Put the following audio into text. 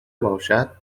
باشد